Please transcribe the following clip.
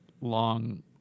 long